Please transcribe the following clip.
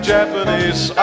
Japanese